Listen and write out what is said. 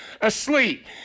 asleep